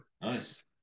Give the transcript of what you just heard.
Nice